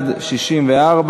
בבקשה.